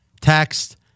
text